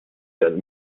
jeanne